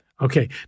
Okay